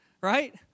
right